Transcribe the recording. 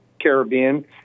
Caribbean